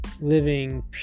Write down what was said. living